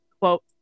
quote